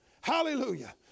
Hallelujah